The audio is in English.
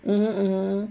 mmhmm mmhmm